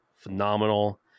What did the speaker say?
phenomenal